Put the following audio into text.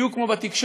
בדיוק כמו בתקשורת,